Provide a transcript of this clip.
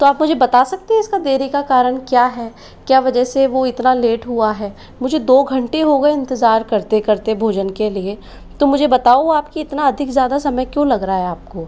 तो आप मुझे बता सकते है इसका देरी का कारण क्या है क्या वजह से वो इतना लेट हुआ है मुझे दो घंटे हो गए इंतज़ार करते करते भोजन के लिए तो मुझे बताओ आप कि इतना अधिक ज़्यादा समय क्यों लग रहा है आपको